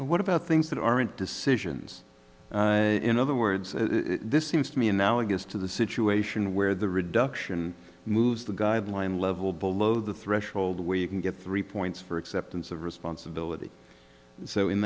but what about things that aren't decisions in other words this seems to me and now it gets to the situation where the reduction moves the guideline level below the threshold where you can get three points for acceptance of responsibility so in